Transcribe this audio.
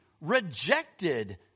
rejected